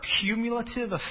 cumulative